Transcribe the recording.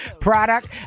product